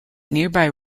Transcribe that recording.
nearby